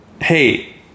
hey